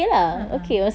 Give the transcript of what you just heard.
a'ah